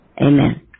Amen